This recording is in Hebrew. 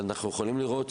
אנחנו יכולים לראות,